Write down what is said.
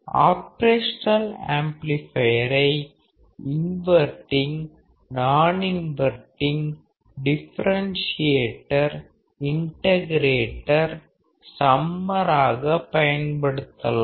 operational ஆம்ப்ளிபையரை inverting non inverting differentiator integrator summer ஆக பயன்படுத்தலாம்